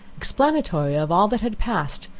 explanatory of all that had passed,